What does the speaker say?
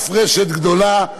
אף רשת גדולה.